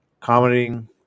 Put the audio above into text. commenting